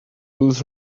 lose